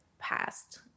past